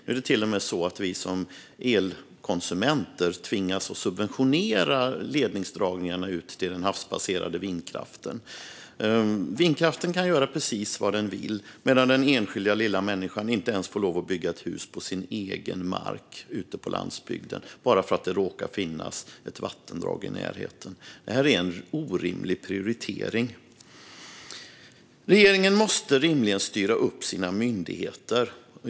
Nu är det till och med så att vi som elkonsumenter tvingas subventionera ledningsdragningarna ut till den havsbaserade vindkraften. Vindkraften kan göra precis vad den vill, medan den enskilda lilla människan inte ens får lov att bygga ett hus på sin egen mark ute på landsbygden bara för att det råkar finnas ett vattendrag i närheten. Detta är en orimlig prioritering. Regeringen måste rimligen styra upp sina myndigheter.